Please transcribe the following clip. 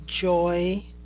joy